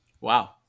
Wow